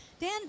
Dan